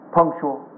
punctual